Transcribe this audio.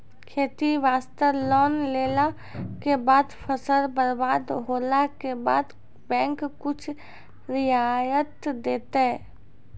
खेती वास्ते लोन लेला के बाद फसल बर्बाद होला के बाद बैंक कुछ रियायत देतै?